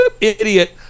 idiot